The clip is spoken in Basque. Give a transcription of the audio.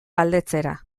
galdetzera